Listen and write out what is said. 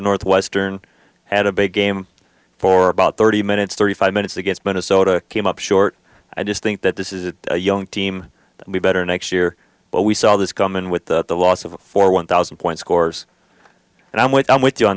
northwestern had a big game for about thirty minutes thirty five minutes against minnesota came up short i just think that this is a young team be better next year but we saw this come in with the loss of a four one thousand points course and i'm with i'm with you on